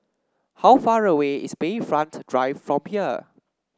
how far away is Bayfront Drive from here